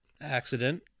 accident